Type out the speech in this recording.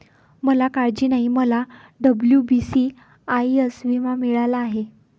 मला काळजी नाही, मला डब्ल्यू.बी.सी.आय.एस विमा मिळाला आहे